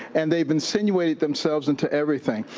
and, they've insinuated themselves into everything.